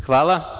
Hvala.